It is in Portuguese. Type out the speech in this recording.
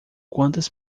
quantas